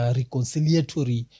reconciliatory